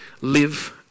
live